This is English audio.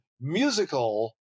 musical